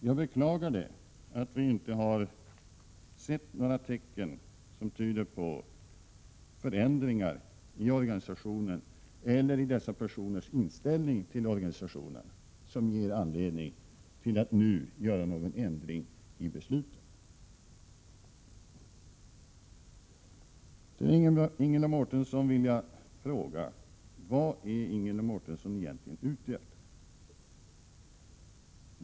Jag beklagar att vi inte har sett någonting som tyder på förändringar i organisationen eller i dessa personers inställning till organisationen som ger anledning att nu göra någon ändring i beslutet. efter?